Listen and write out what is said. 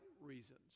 reasons